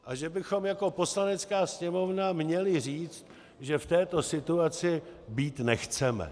A že bychom jako Poslanecká sněmovna měli říct, že v této situaci být nechceme.